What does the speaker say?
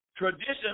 Tradition